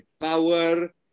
power